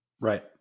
Right